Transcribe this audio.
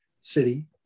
city